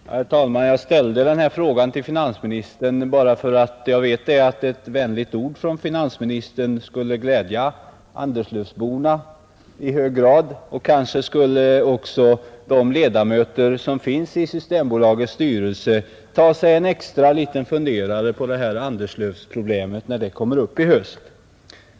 Herr talman! Jag ställde den här frågan till finansministern bara därför att jag vet att ett vänligt ord från finansministern skulle glädja Anderslövsborna i hög grad. Kanske skulle också de ledamöter som finns i Systembolagets styrelse ta sig en extra liten funderare på det här Anderslövsproblemet när det kommer upp till behandling i höst.